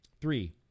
Three